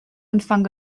umfang